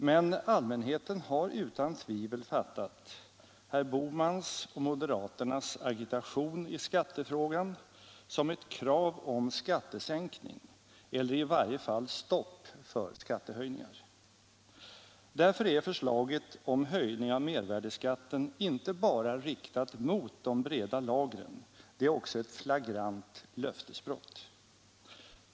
Men allmänheten har utan tvivel fattat herr Bohmans och moderaternas agitation i skattefrågan som ett krav på skattesänkning eller i varje fall stopp för skattehöjningar. Därför är förslaget om höjning av mervärdeskatten inte bara riktat mot de breda lagren; det är också ett flagrant löftesbrott.